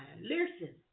Listen